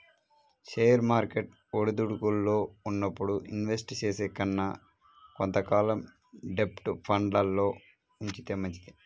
share market ఒడిదుడుకుల్లో ఉన్నప్పుడు invest చేసే కన్నా కొంత కాలం డెబ్ట్ ఫండ్లల్లో ఉంచితే మంచిది